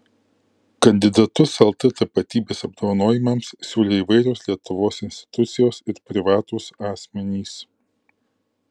kandidatus lt tapatybės apdovanojimams siūlė įvairios lietuvos institucijos ir privatūs asmenys